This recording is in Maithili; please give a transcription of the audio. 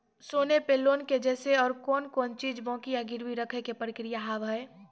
सोना पे लोन के जैसे और कौन कौन चीज बंकी या गिरवी रखे के प्रक्रिया हाव हाय?